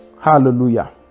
hallelujah